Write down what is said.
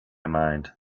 mind